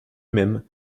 même